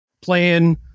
playing